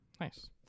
Nice